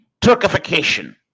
Turkification